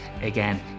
again